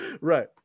Right